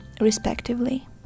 respectively